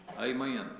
Amen